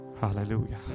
Hallelujah